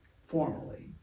formally